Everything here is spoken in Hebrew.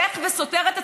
אתה הולך וסותר את עצמך.